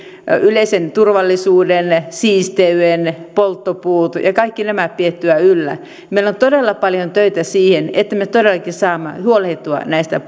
yleisen turvallisuuden siisteyden polttopuut ja kaikki nämä pidettyä yllä meillä on todella paljon töitä siinä että me todellakin saamme huolehdittua näistä